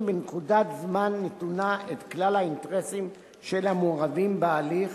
בנקודת זמן נתונה את כלל האינטרסים של המעורבים בהליך.